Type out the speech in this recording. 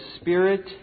spirit